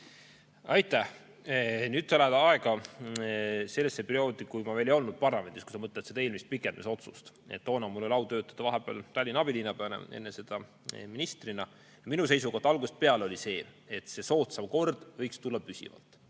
Aitäh! Nüüd sa lähed sellesse perioodi, kui ma veel ei olnud parlamendis, kui sa mõtled seda eelmist pikendamise otsust. Toona mul oli au töötada vahepeal Tallinna abilinnapeana, enne seda ministrina. Minu seisukoht oli algusest peale see, et soodsam kord võiks tulla püsivalt.